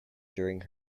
during